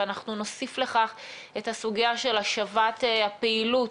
אנחנו נוסיף לכך את הסוגיה של השבת הפעילות